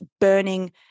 burning